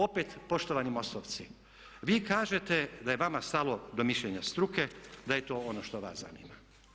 Opet poštovani MOST-ovci, vi kažete da je vama stalo do mišljenja struke, da je to ono što vas zanima.